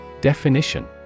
Definition